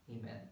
Amen